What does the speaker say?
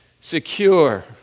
secure